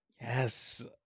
Yes